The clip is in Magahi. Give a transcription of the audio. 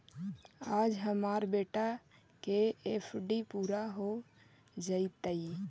आज हमार बेटा के एफ.डी पूरा हो जयतई